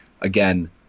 Again